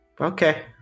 Okay